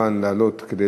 לדיון